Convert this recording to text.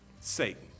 Satan